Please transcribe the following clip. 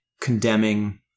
condemning